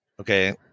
okay